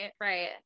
right